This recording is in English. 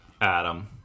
Adam